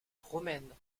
romaines